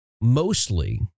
mostly